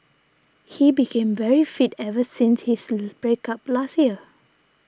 he became very fit ever since his break up last year